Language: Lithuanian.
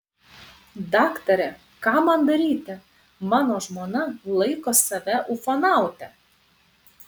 daktare ką man daryti mano žmona laiko save ufonaute